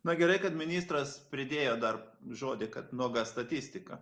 na gerai kad ministras pridėjo dar žodį kad nuoga statistika